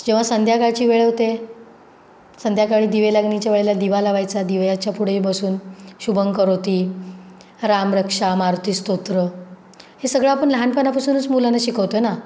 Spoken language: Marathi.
जेव्हा संध्याकाळची वेळ होते संध्याकाळी दिवेलागणीच्या वेळेला दिवा लावायचा दिव्याच्या पुढे बसून शुभंकरोती रामरक्षा मारुती स्तोत्र हे सगळं आपण लहानपणापासूनच मुलांना शिकवतो ना